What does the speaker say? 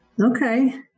Okay